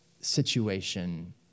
situation